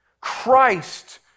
Christ